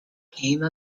came